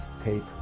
tape